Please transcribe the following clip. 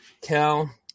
Cal